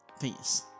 Peace